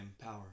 power